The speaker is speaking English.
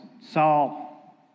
Saul